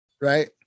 right